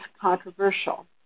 controversial